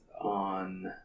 on